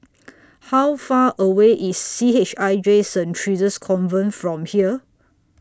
How Far away IS C H I J Saint Theresa's Convent from here